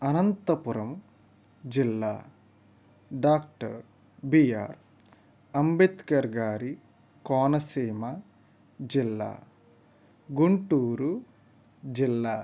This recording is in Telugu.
అనంతపురం జిల్లా డాక్టర్ బిఆర్ అంబేద్కర్ గారి కోనసీమ జిల్లా గుంటూరు జిల్లా